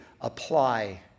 apply